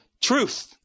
Truth